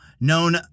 known